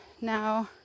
now